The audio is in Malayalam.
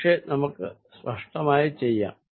പക്ഷെ നമുക്കിത് സ്പഷ്ടമായി ചെയ്യാം